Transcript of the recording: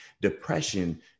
Depression